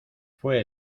fué